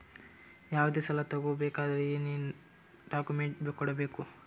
ಯಾವುದೇ ಸಾಲ ತಗೊ ಬೇಕಾದ್ರೆ ಏನೇನ್ ಡಾಕ್ಯೂಮೆಂಟ್ಸ್ ಕೊಡಬೇಕು?